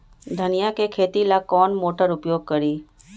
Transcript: धनिया के खेती ला कौन मोटर उपयोग करी?